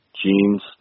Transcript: jeans